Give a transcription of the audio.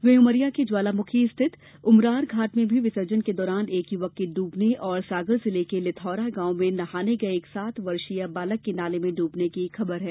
वहीं उमरिया के ज्वालामुखी स्थित उमरार घाट में भी विसर्जन के दौरान एक युवक के डूबने और सागर जिले के लिथौरा गांव में नहाने गये एक सात वर्षीय बालक के नाले में ड्रबने की खबर है